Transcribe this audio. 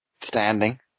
Standing